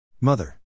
Mother